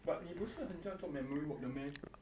but 你不是很喜欢做 memory work 的 meh